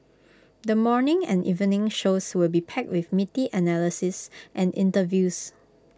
the morning and evening shows will be packed with meaty analyses and interviews